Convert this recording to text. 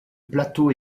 plateau